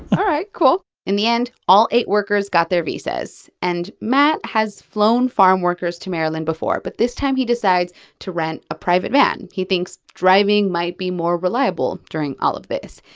all right, cool in the end, all eight workers got their visas. and matt has flown farmworkers to maryland before, but this time, he decides to rent a private van. he thinks driving might be more reliable during all of this.